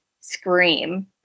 scream